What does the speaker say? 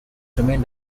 remained